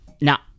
Now